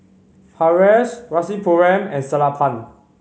Haresh Rasipuram and Sellapan